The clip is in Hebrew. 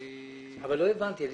אבל לא הבנתי.